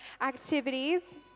activities